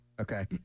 Okay